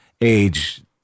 age